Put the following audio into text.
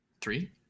three